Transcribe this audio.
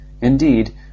Indeed